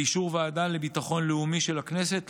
באישור הוועדה לביטחון לאומי של הכנסת,